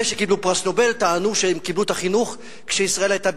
אלה שקיבלו פרס נובל טענו שהם קיבלו את החינוך כשישראל היתה בשיאה,